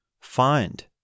find